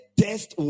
test